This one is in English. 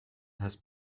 has